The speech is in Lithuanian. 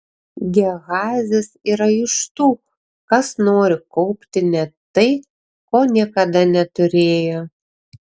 gehazis yra iš tų kas nori kaupti net tai ko niekada neturėjo